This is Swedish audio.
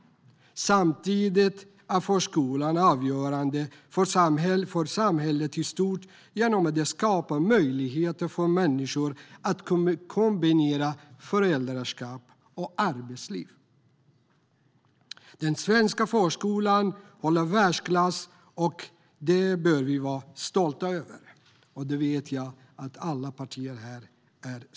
Samtidigt är förskolan avgörande för samhället i stort genom att den skapar möjlighet för människor att kombinera föräldraskap och arbetsliv. Den svenska förskolan håller världsklass. Vi bör vara stolta över den, och det vet jag att alla partier är.